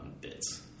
bits